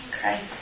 Christ